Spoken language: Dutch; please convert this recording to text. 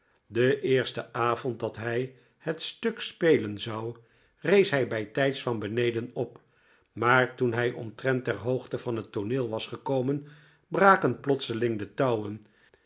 den eersten avond dat hij het stuk spelen zou rees hij bijtijds van beneden op raaar toen hij omtrent ter hoogte van het tooneel was gekomen braken plotseling de touwen